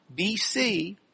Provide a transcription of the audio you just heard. BC